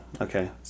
Okay